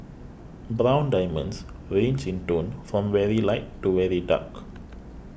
brown diamonds range in tone from very light to very dark